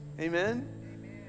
Amen